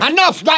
Enough